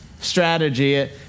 strategy